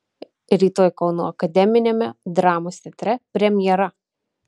rytoj kauno akademiniame dramos teatre premjera